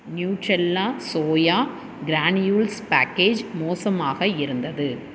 Nutrela soya granules package மோசமாக இருந்தது